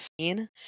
scene